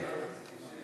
אנחנו לא חלק מאותה משפחה.